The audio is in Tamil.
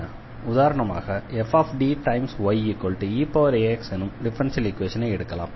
உதாரணமாக fDyeaxஎனும் டிஃபரன்ஷியல் ஈக்வேஷனை எடுக்கலாம்